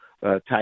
type